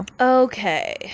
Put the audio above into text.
Okay